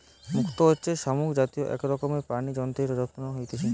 মুক্ত হচ্ছে শামুক জাতীয় এক রকমের প্রাণী যাতে রত্ন হচ্ছে